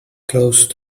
close